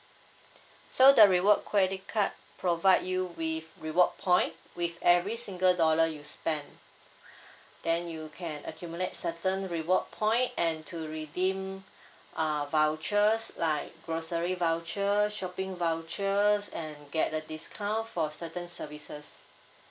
so the reward credit card provide you with reward point with every single dollar you spend then you can accumulate certain reward point and to redeem err vouchers like grocery voucher shopping voucher and get a discount for certain services